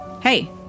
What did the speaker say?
Hey